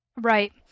Right